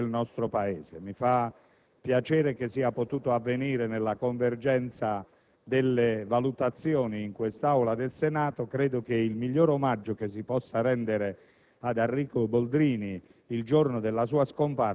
della vita democratica e della Repubblica del nostro Paese. Mi fa piacere che esso sia stato caratterizzato da una convergente valutazione nell'Aula del Senato. Credo che il migliore omaggio che si possa rendere